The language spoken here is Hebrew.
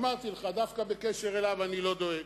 אמרתי לך, דווקא בקשר אליו אני לא דואג,